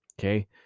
okay